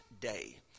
day